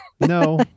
No